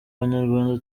abanyarwanda